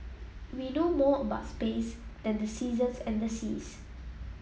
we know more about space than the seasons and the seas